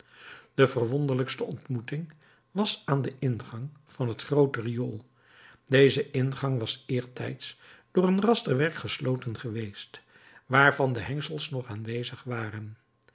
de verwonderlijkste ontmoeting was aan den ingang van het groote riool deze ingang was eertijds door een rasterwerk gesloten geweest waarvan de hengsels nog aanwezig waren